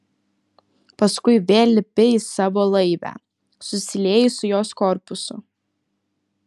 paskui vėl lipi į savo laivę susilieji su jos korpusu